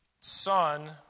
son